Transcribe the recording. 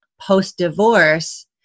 post-divorce